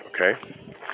okay